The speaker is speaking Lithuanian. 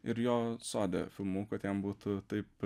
ir jo sode filmavau kad jam būtų taip